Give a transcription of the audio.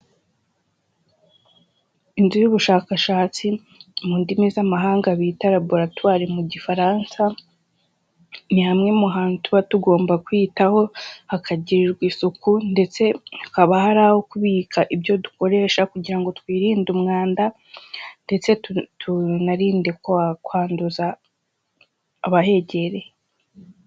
Inzu y'ubushakashatsi, mu ndimi z'amahanga bita raburatwari, mu Gifaransa, ni hamwe muhantu tuba tugomba kwiyitaho, hakagirirwa isuku ndetse hakaba hari aho kubika ibyo dukoresha kugira ngo twirinde umwanda, ndetse tunarinde ko ha kwanduza abahegereye.